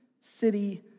city